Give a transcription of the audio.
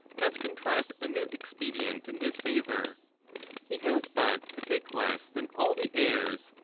has contrived a new expedient in his favour he has but to take less than all the heirs,